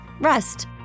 rest